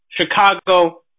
Chicago